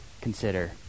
consider